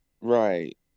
Right